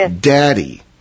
daddy